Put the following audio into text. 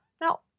Now